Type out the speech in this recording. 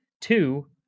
two